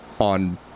on